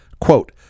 Quote